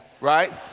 right